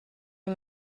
you